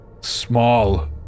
small